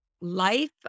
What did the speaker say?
life